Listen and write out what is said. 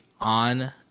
on